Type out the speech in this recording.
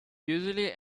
usually